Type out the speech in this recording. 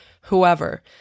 whoever